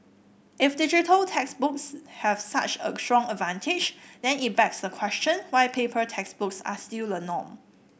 if digital textbooks have such a strong advantage then it begs the question why paper textbooks are still the norm